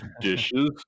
dishes